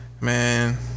Man